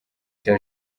cya